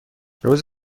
روز